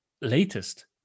latest